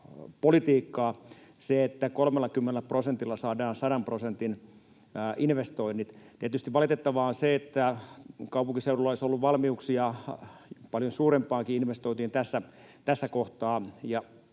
politiikkaa, se, että 30 prosentilla saadaan 100 prosentin investoinnit. Tietysti valitettavaa on se, että kaupunkiseudulla olisi ollut valmiuksia paljon suurempaankin investointiin tässä kohtaa